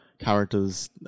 characters